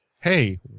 hey